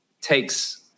takes